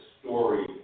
story